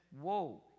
whoa